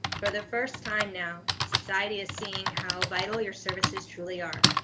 for the first time now society is seeing how vital your services truly are.